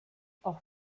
auch